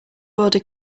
border